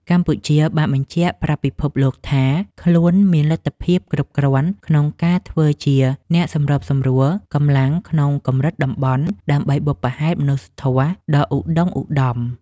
កម្ពុជាបានបញ្ជាក់ប្រាប់ពិភពលោកថា ខ្លួនមានលទ្ធភាពគ្រប់គ្រាន់ក្នុងការធ្វើជាអ្នកសម្របសម្រួលកម្លាំងក្នុងកម្រិតតំបន់ ដើម្បីបុព្វហេតុមនុស្សធម៌ដ៏ឧត្តុង្គឧត្តម។